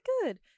good